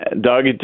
Doug